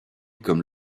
comme